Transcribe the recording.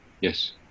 Yes